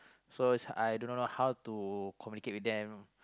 so is I do not know how to communicate with them